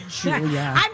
Julia